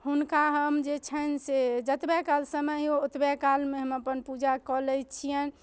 हुनका हम जे छनि से जतबा काल समय अइ ओतबा कालमे हम अपन पूजा कए लै छियनि